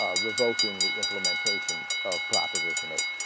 ah revoking the implementation of proposition eight